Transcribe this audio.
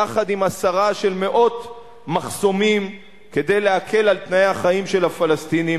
יחד עם הסרה של מאות מחסומים כדי להקל על תנאי החיים של הפלסטינים,